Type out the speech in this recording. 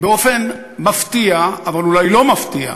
באופן מפתיע, אבל אולי לא מפתיע,